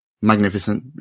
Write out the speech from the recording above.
Magnificent